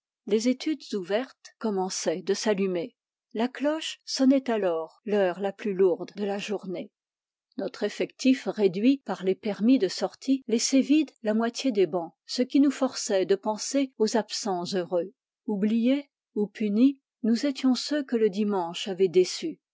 les études ouvertes commençaient de s'allumer la cloche sonnait alors l'heure la plus lourde de la journée notre effectif réduit par les permis de sortie laissait vide la moitié des bancs ce qui nous forçait de penser aux absents heureux oubliés ou punis nous étions ceux que le dimanche avait déçus